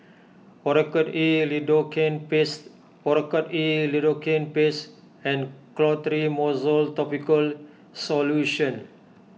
Oracort E Lidocaine Paste Oracort E Lidocaine Paste and Clotrimozole Topical Solution